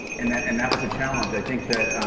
and that and that was a challenge. i think that